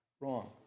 Wrong